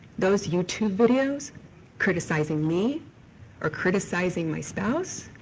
those youtube videos criticizing me or criticizing my spouse,